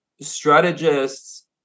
Strategists